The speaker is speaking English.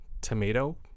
tomato